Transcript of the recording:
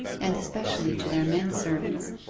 and especially to their men-servants,